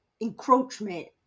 encroachment